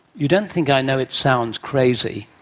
you don't think i know it sounds crazy.